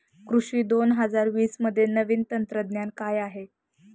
कृषी दोन हजार वीसमध्ये नवीन तंत्रज्ञान काय आहे?